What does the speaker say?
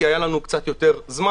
כי היה לנו קצת יותר זמן,